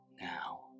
now